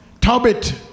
Tobit